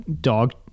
dog